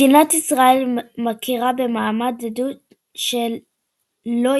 מדינת ישראל מכירה במעמד עדות של לא-יהודים,